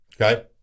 Okay